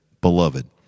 beloved